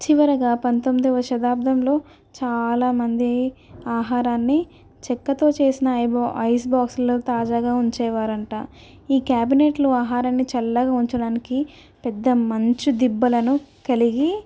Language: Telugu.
చివరగా పంతొమ్మిదవ శతాబ్దంలో చాలామంది ఆహారాన్ని చెక్కతో చేసిన ఐబా ఐస్ బాక్స్లో తాజాగా ఉంచేవారట ఈ క్యాబినేట్లు ఆహారాన్ని చల్లగా ఉంచడానికి పెద్ద మంచు దిబ్బలను కలిగి